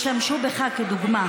ישתמשו בך כדוגמה,